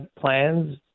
plans